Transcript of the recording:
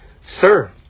sir